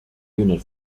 unit